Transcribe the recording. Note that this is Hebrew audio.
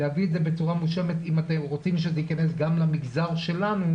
להביא את זה בצורה מושלמת אם אתם רוצים שזה יכנס גם למגזר שלנו,